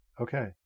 Okay